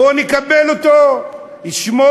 בואו נקבל אותו, שמו: